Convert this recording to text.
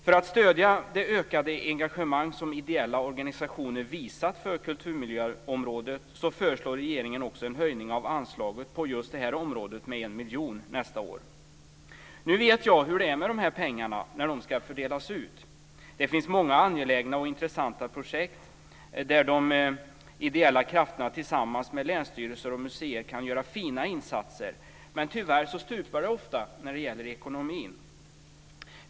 För att stödja det ökade engagemang som ideella organisationer visat för kulturmiljöområdet föreslår regeringen också en höjning av anslaget på just detta område med 1 miljon nästa år. Nu vet jag hur det är med dessa pengar när de ska fördelas ut. Det finns många angelägna och intressanta projekt där de ideella krafterna tillsammans med länsstyrelser och museer kan göra fina insatser, men tyvärr stupar det ofta när det gäller ekonomin.